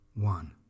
one